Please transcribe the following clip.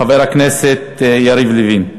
חבר הכנסת יריב לוין,